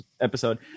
episode